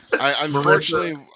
unfortunately